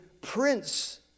prince